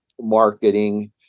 marketing